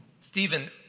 Stephen